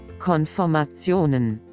Konformationen